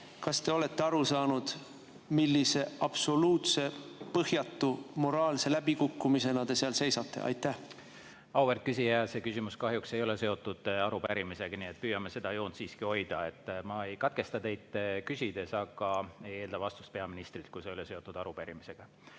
kas te olete aru saanud, millise absoluutse põhjatu moraalse läbikukkumisena te seal seisate. Auväärt küsija, see küsimus kahjuks ei ole seotud arupärimisega. Püüame seda joont siiski hoida. Ma ei katkesta teid küsides, aga ei eelda vastust peaministrilt, kui [küsimus] ei ole seotud arupärimisega.